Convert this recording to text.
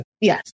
yes